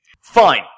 fine